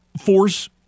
force